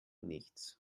nichts